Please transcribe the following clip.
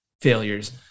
failures